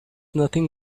nothing